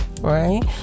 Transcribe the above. right